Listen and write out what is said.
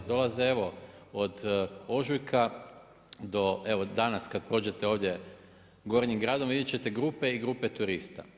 Dolaze evo od ožujka do danas, kada prođete ovdje Gornjim gradom vidjeti ćete grupe i grupe turista.